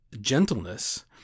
gentleness